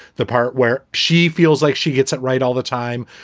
the part where she feels like she gets it right all the time,